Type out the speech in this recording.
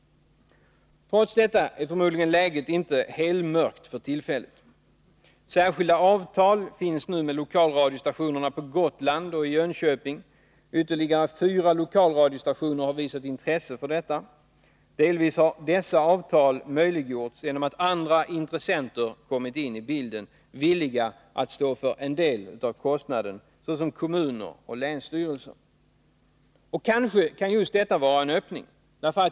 Läget är förmodligen, trots detta, inte helmörkt för tillfället. Särskilda avtal finns nu med lokalradiostationerna på Gotland och i Jönköping. Ytterligare fyra lokalradiostationer har visat intresse för detta. Delvis har avtalen möjliggjorts genom att andra intressenter kommit in i bilden, villiga att stå för en del av kostnaden, såsom kommuner och länsstyrelser. Kanske kan just detta vara en öppning.